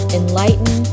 enlighten